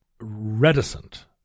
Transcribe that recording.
reticent